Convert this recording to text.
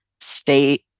state